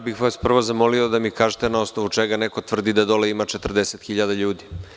Prvo bih vas zamolio da mi kažete, na osnovu čega neko tvrdi da dole ima 40.000 ljudi.